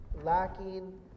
lacking